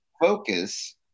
focus